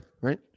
Right